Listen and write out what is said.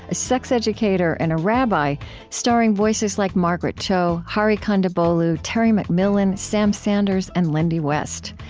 a sex educator, and a rabbi starring voices like margaret cho, hari kondabolu, terry mcmillan, sam sanders, and lindy west.